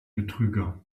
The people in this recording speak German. betrüger